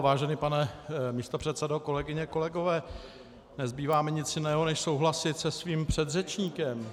Vážený pane místopředsedo, kolegyně, kolegové, nezbývá mi nic jiného než souhlasit se svým předřečníkem.